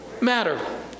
matter